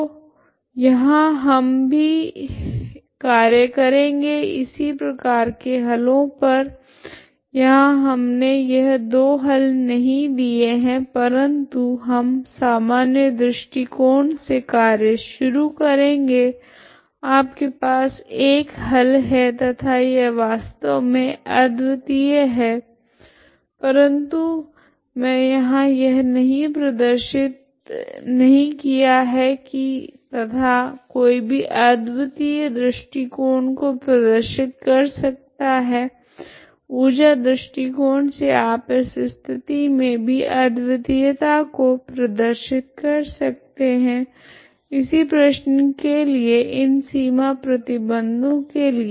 तो यहाँ हम भी कार्य करेगे इसी प्रकार के हलों पर यहाँ हमने यह दो हल नहीं दिये है परंतु हम सामान्य दृष्टिकोण से कार्य शुरू करेगे आपके पास एक हल है तथा यह वास्तव मे अद्वितीय है परंतु मैं यहाँ यह नहीं प्रदर्शित नहीं किया है की तथा कोई भी अद्वितीय दृष्टिकोण को प्रदर्शित कर सकता है ऊर्जा दृष्टिकोण से आप इस स्थिति मे भी अद्वितीयता को प्रदर्शित कर सकते है इसी प्रश्न के लिए इन सीमा प्रतिबंधों के लिए